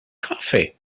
coffee